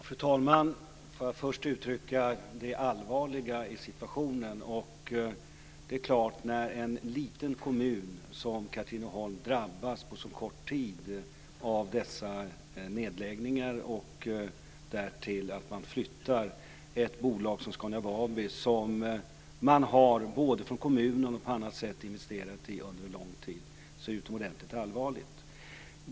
Fru talman! Får jag först uttrycka att situationen är allvarlig. När en liten kommun som Katrineholm drabbas på så kort tid av dessa nedläggningar och man därtill flyttar ett bolag som Scania Vabis, som både kommunen och andra har investerat i under lång tid, är det utomordentligt allvarligt.